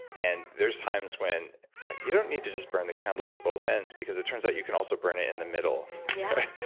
and there's times when you don't need to just burn the candle at both ends, because it turns out you can also burn it in the middle yeah.